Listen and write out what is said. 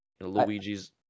Luigi's